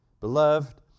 Beloved